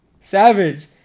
Savage